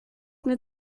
mir